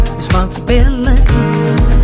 responsibilities